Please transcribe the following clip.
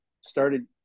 started